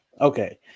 Okay